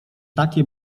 takie